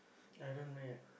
I don't read